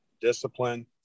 discipline